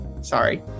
Sorry